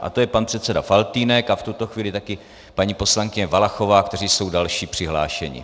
A to je pan předseda Faltýnek a v tuto chvíli taky paní poslankyně Valachová, kteří jsou další přihlášení.